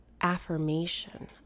affirmation